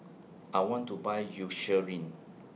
I want to Buy Eucerin